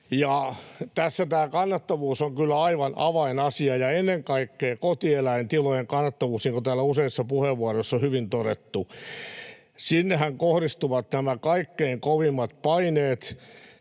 Tässä tämä kannattavuus on kyllä aivan avainasia, ja ennen kaikkea kotieläintilojen kannattavuus, niin kuin täällä useissa puheenvuoroissa on hyvin todettu. Sinnehän kohdistuvat nämä kaikkein kovimmat paineet: